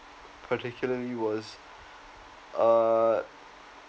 particularly was uh